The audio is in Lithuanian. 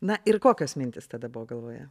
na ir kokios mintys tada buvo galvoje